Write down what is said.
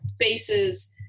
faces